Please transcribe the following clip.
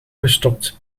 gestopt